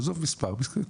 עזוב מספר.